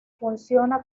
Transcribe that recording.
funciona